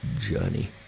journey